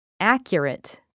Accurate